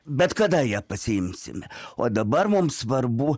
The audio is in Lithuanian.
bet kada ją pasiimsime o dabar mums svarbu